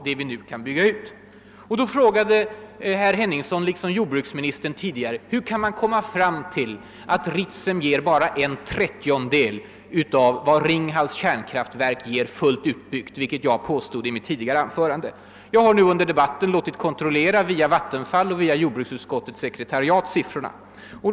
Herr Henningsson frågade, liksom tidigare jordbruksministern, hur man kan komma fram till att Ritsem ger bara en 1/30-del av vad Ringhals kärnkraftverk ger fullt utbyggt, vilket jag påstod i mitt första anförande. Jag har under debatten låtit kontrollera siffrorna via Vattenfall och jordbruksutskottets sekretariat. Läget är följande.